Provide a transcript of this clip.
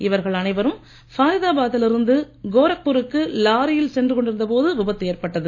இவர்கள் அனைவரும் ஃபரிதாபாத்தில் இருந்து கோரக்பூருக்கு லாரியில் சென்று கொண்டிருந்த போது விபத்து ஏற்பட்டது